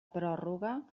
pròrroga